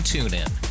TuneIn